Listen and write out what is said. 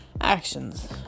Actions